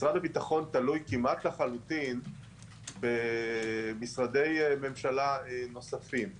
משרד הביטחון תלוי כמעט לחלוטין במשרדי ממשלה נוספים,